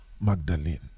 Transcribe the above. Magdalene